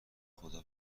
خدا